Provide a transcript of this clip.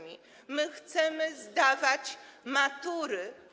My chcemy zdawać matury.